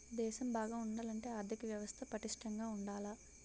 దేశం బాగా ఉండాలంటే ఆర్దిక వ్యవస్థ పటిష్టంగా ఉండాల